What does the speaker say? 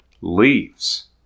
leaves